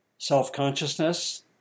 self-consciousness